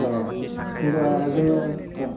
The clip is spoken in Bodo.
औ होनबा जोङो औ